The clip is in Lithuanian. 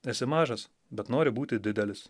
esi mažas bet nori būti didelis